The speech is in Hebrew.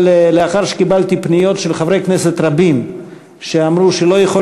אבל לאחר שקיבלתי פניות של חברי כנסת רבים שאמרו שלא יכול